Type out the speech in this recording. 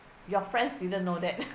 your friends didn't know that